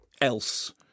else